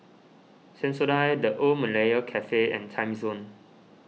Sensodyne the Old Malaya Cafe and Timezone